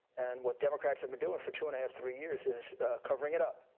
and what democrats have been doing for two and a half, three years is covering it up.